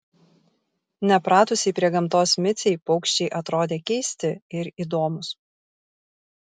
nepratusiai prie gamtos micei paukščiai atrodė keisti ir įdomūs